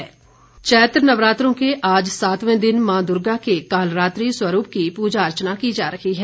नवरात्र चैत्र नवरात्रों के आज सातवें दिन मां दूर्गा के कालरात्रि स्वरूप की पूजा अर्चना की जा रही है